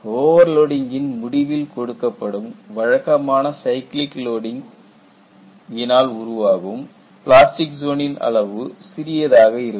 overloading கின் முடிவில் கொடுக்கப்படும் வழக்கமான சைக்கிளிக் லோடிங் கினால் உருவாகும் பிளாஸ்டிக் ஜோனின் அளவு சிறியதாக இருக்கும்